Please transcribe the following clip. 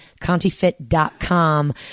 contifit.com